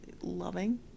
loving